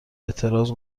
اعتراض